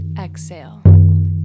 Exhale